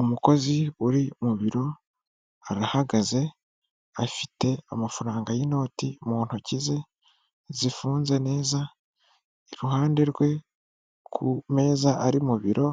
Umukozi uri mu biro arahagaze afite amafaranga y'inoti mu ntoki ze zifunze neza iruhande rwe ku meza ari mu biro